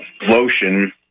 lotion